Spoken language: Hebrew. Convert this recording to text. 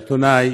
עיתונאי,